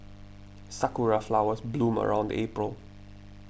sakura flowers bloom around April